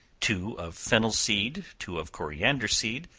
two of fennel seed, two of coriander seed,